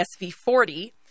SV40